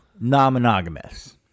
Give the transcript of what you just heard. non-monogamous